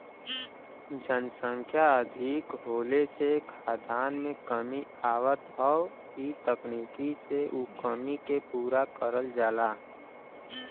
जनसंख्या अधिक होले से खाद्यान में कमी आवत हौ इ तकनीकी से उ कमी के पूरा करल जाला